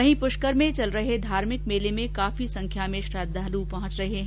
वहीं पुष्कर मे चल रहे धार्मिक मेले में काफी संख्या में श्रद्धालुओं का पहुंचना जारी है